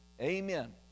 Amen